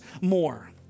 more